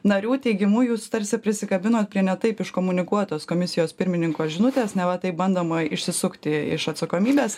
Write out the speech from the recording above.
narių teigimu jūs tarsi prisikabinot prie ne taip iškomunikuotos komisijos pirmininko žinutės neva taip bandoma išsisukti iš atsakomybės